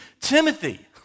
Timothy